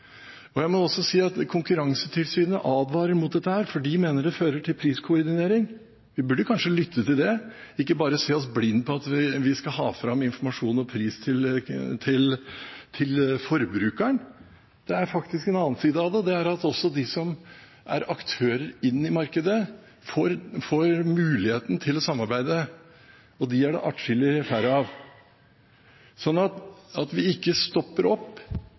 Konkurransetilsynet advarer også mot dette fordi de mener at det fører til priskoordinering. Vi burde kanskje lytte til det, ikke bare se oss blinde på at vi skal ha fram informasjon og pris til forbrukeren, for det er faktisk en annen side av det, at også de som er aktører i markedet, får muligheten til samarbeid. Og de er det atskillig færre av. Så vi bør stoppe opp og tenke gjennom dette og be regjeringen analysere hele problemstillingen for å se hva slags kostnader vi